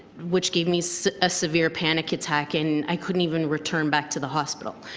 which gave me so a severe panic attack. and i couldn't even return back to the hospital.